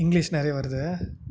English நிறைய வருது